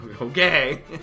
Okay